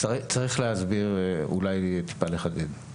צריך להסביר, אולי טיפה לחדד.